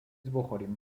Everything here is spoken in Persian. بخوریم